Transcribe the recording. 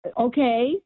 Okay